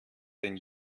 den